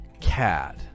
Cat